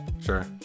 Sure